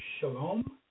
shalom